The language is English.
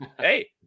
Hey